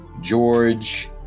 George